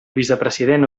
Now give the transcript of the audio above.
vicepresident